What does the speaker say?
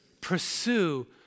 Pursue